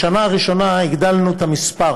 בשנה הראשונה הגדלנו את המספר